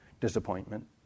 disappointment